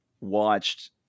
watched